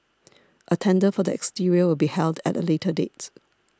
a tender for the exterior will be held at a later date